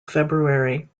february